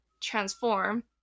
transform